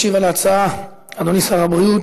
משיב על ההצעה אדוני שר הבריאות,